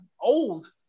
old